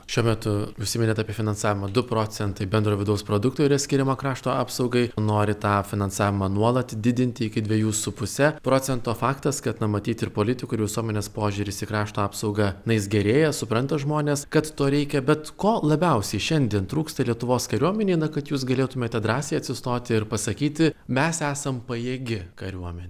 šiuo metu užsiminėt apie finansavimą du procentai bendro vidaus produkto yra skiriama krašto apsaugai nori tą finansavimą nuolat didinti iki dviejų su puse procento faktas kad na matyt ir politikų ir visuomenės požiūris į krašto apsaugą na jis gerėja supranta žmonės kad to reikia bet ko labiausiai šiandien trūksta lietuvos kariuomenei na kad jūs galėtumėte drąsiai atsistoti ir pasakyti mes esam pajėgi kariuomenė